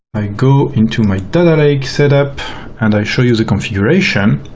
i go into my data lake setup and i show you the configuration,